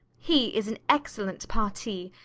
he is an excellent parti,